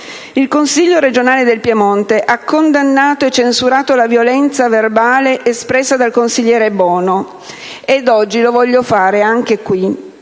Il Consiglio regionale del Piemonte ha condannato e censurato la violenza verbale espressa dal consigliere Bono, e oggi lo voglio fare anche qui: